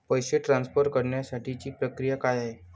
पैसे ट्रान्सफर करण्यासाठीची प्रक्रिया काय आहे?